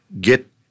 Get